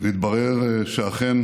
והתברר שאכן